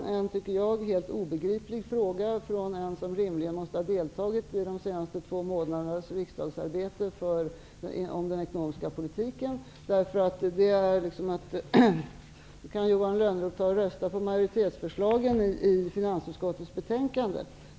Det är en helt obegriplig fråga från en som rimligen måste ha deltagit i de senaste två månadernas riksdagsarbete om den ekonomiska politiken. Johan Lönnroth kan rösta på majoritetsförslagen i finansutskottets betänkande.